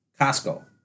Costco